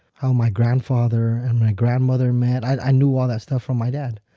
how my grandfather and my grandmother met, i knew all that stuff from my dad.